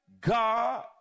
God